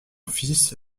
fils